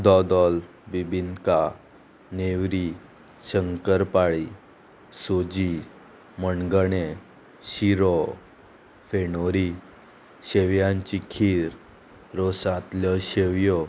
दोदोल बिबिंका नेवरी शंकरपाळी सोजी मणगणे शिरो फेणोरी शेव्यांची खीर रोसांतल्यो शेवयो